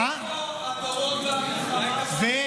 איפה הדורון והמלחמה --- אופיר,